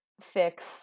fix